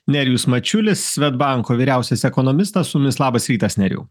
nerijus mačiulis svedbanko vyriausias ekonomistas labas rytas nerijau